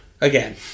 again